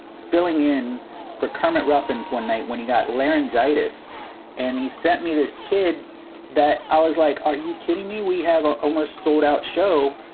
filling in for kermit ruffins one night when he got laryngitis and he sent me this kid that i was like, are you kidding me? we have ah almost sold out show.